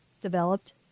developed